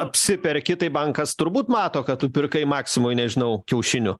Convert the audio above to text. apsiperki tai bankas turbūt mato kad tu pirkai maksimoj nežinau kiaušinių